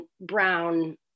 brown